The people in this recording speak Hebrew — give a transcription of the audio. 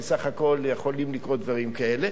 כי סך הכול יכולים לקרות דברים כאלה,